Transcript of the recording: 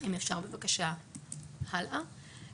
כשבחנו את ההחלטות ראינו שבפועל פחות מ-1% הן החלטות